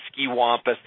skiwampus